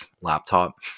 laptop